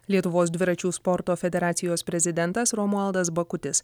lietuvos dviračių sporto federacijos prezidentas romualdas bakutis